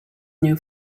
new